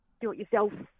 do-it-yourself